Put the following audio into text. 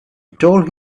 told